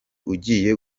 ugiye